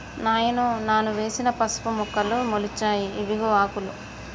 నాయనో నాను వేసిన పసుపు మొక్కలు మొలిచాయి ఇవిగో ఆకులు